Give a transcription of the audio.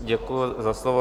Děkuji za slovo.